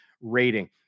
rating